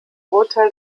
urteil